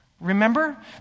Remember